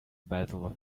battle